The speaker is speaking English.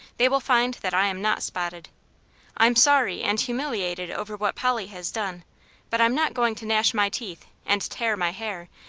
they will find that i am not spotted i'm sorry and humiliated over what polly has done but i'm not going to gnash my teeth, and tear my hair,